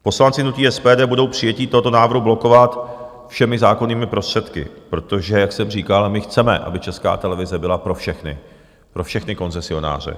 Poslanci hnutí SPD budou přijetí tohoto návrhu blokovat všemi zákonnými prostředky, protože jak jsem říkal, my chceme, aby Česká televize byla pro všechny, pro všechny koncesionáře.